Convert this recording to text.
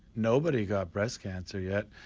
nobody got breast cancer yet.